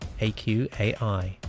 AQAI